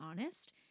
honest